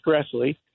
expressly